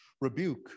rebuke